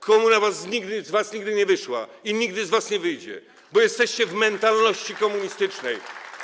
Komuna z was nigdy nie wyszła i nigdy z was nie wyjdzie, bo jesteście w mentalności komunistycznej.